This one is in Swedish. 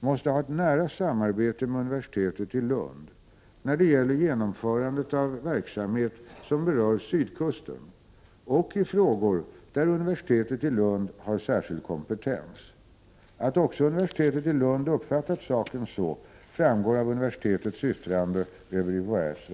måste ha ett nära samarbete med universitetet i Lund när det gäller genomförandet av verksamhet som berör sydkusten och i frågor där universitetet i Lund har särskild kompetens. Att också universitetet i Lund uppfattat saken så framgår av universitetets yttrande över UHÄ:s